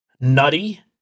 Nutty